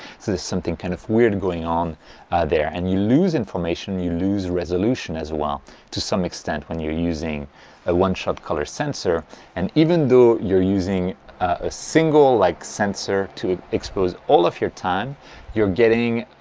so there's something kind of weird going on there and you lose information, you lose resolution as well to some extent when you're using a one shot color sensor and even though you're using a single like sensor to expose all of your time you're getting